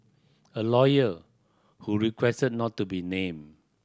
a lawyer who requested not to be named